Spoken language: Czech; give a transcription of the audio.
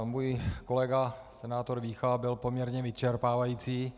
Můj kolega senátor Vícha byl poměrně vyčerpávající.